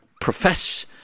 profess